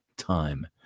Time